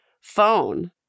phone